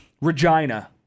Regina